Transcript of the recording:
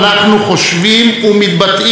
ולא תמיד לטובה.